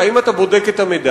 האם אתה בודק את המידע?